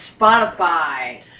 Spotify